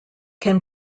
can